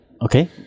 Okay